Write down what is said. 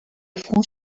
front